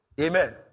Amen